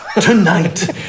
tonight